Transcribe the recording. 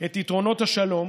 את יתרונות השלום